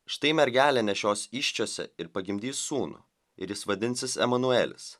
štai mergelė nešios įsčiose ir pagimdys sūnų ir jis vadinsis emanuelis